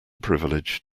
privilege